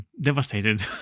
devastated